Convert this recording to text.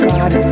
God